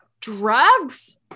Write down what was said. drugs